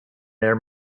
their